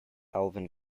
alvin